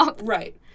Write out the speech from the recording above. Right